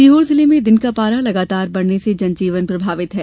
सीहोर जिले में दिन का पारा लगातार बढ़ रहे होने से जन जीवन प्रभावित है